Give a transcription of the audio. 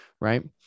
right